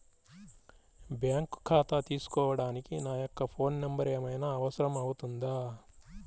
Bank ఖాతా తీసుకోవడానికి నా యొక్క ఫోన్ నెంబర్ ఏమైనా అవసరం అవుతుందా?